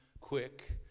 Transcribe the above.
quick